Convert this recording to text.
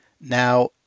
now